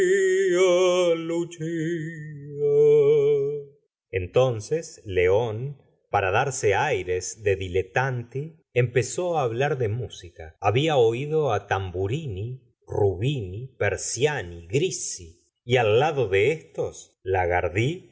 entonces león para darse aires de dileitanti empezó á hablar de música había oído á tamburini rubini persiani grisi y aliado de éstos lagardy